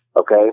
okay